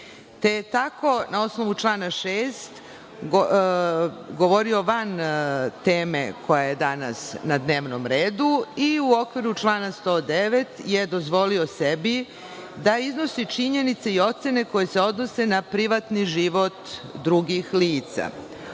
te tako na osnovu člana 106. govorio van teme koja je danas na dnevnom redu i u okviru člana 109. je dozvolio sebi da iznosi činjenice i ocene koje se odnose na privatni život drugih lica.